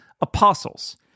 apostles